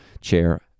chair